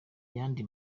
yandi